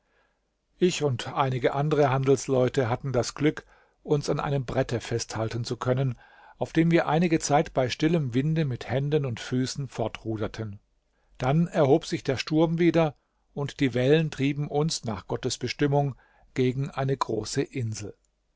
ich und einige andere handelsleute hatten das glück uns an einem brette festhalten zu können auf dem wir einige zeit bei stillem winde mit händen und füßen fortruderten dann erhob sich der sturm wieder und die wellen trieben uns nach gottes bestimmung gegen eine große insel